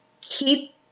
Keep